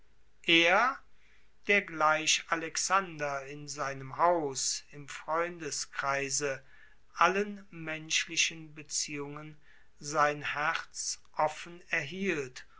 er der gleich alexander in seinem haus im freundeskreise allen menschlichen beziehungen sein herz offen erhielt